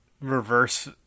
reverse